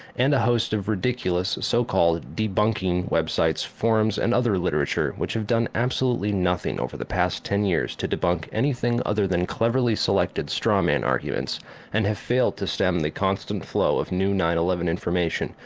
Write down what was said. and a host of ridiculous, so called debunking websites, forums, and other literature which have done absolutely nothing over the past ten years to debunk anything other than cleverly selected straw-man arguments and have failed to stem the constant flow of new nine eleven information,